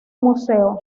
museo